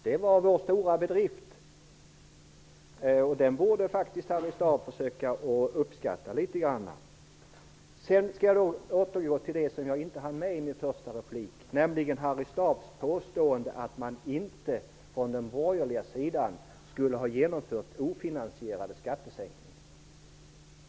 Det var vår stora bedrift, och den borde Harry Staaf försöka uppskatta litet grand. Harry Staaf påstod att man på den borgerliga sidan inte hade genomfört ofinansierade skattesänkningar.